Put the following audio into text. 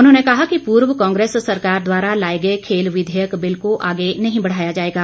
उन्होंने कहा कि पूर्व कांग्रेस सरकार द्वारा लाए गए खेल विधेयक बिल को आगे नहीं बढ़ाया जाएगा